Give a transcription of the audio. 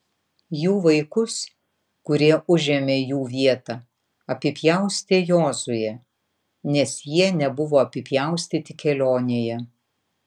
jų vaikus kurie užėmė jų vietą apipjaustė jozuė nes jie nebuvo apipjaustyti kelionėje